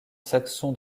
saxon